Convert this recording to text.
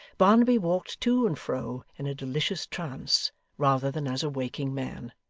barnaby walked to and fro in a delicious trance rather than as a waking man.